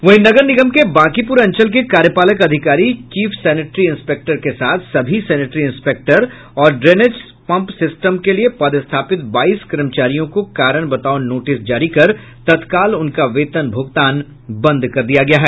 वहीं नगर निगम के बांकीपुर अंचल के कार्यपालक अधिकारी चीफ सेनेटरी इंस्पेक्टर के साथ सभी सेनेटरी इंस्पेक्टर और ड्रेनेज पम्प सिस्टम के लिए पदस्थापित बाईस कर्मचारियों को कारण बताओ नोटिस जारी कर तत्काल उनका वेतन भूगतान बंद कर दिया गया है